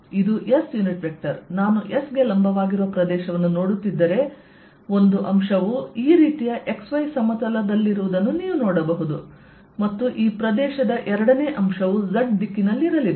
ಇದು S unit vector ನಾನು S ಗೆ ಲಂಬವಾಗಿರುವ ಪ್ರದೇಶವನ್ನು ನೋಡುತ್ತಿದ್ದರೆ ಒಂದು ಅಂಶವು ಈ ರೀತಿಯ XY ಸಮತಲದಲ್ಲಿರುವುದನ್ನು ನೀವು ನೋಡಬಹುದು ಮತ್ತು ಈ ಪ್ರದೇಶದ ಎರಡನೇ ಅಂಶವು Z ದಿಕ್ಕಿನಲ್ಲಿರಲಿದೆ